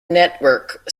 network